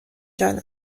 جان